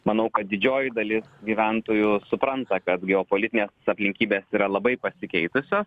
manau kad didžioji dalis gyventojų supranta kad geopolitinės aplinkybės yra labai pasikeitusios